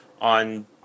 on